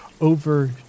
over